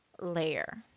layer